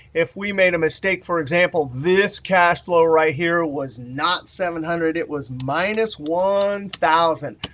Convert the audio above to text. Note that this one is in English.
if we made a mistake for example, this cash flow right here was not seven hundred, it was minus one thousand,